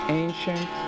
ancient